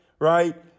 right